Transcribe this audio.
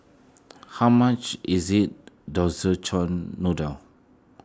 how much is it Szechuan Noodle